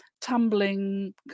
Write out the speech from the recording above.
tumbling